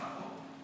התקשרה,